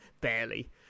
barely